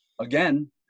again